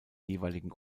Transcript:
jeweiligen